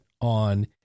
on